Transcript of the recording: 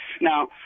Now